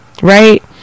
Right